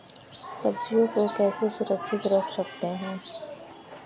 सब्जियों को कैसे सुरक्षित रख सकते हैं?